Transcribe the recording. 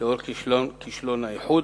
בעקבות כישלון האיחוד.